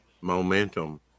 momentum